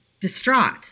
distraught